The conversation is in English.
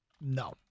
No